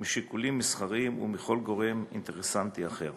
משיקולים מסחריים ומכל גורם אינטרסנטי אחר.